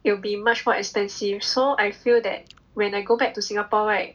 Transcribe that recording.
it will be much more expensive so I feel that when I go back to Singapore right